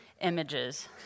images